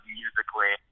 musically